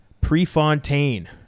Prefontaine